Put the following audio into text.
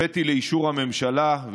הבאתי לאישור הממשלה,